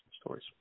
stories